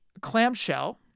clamshell